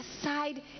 aside